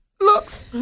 looks